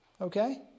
Okay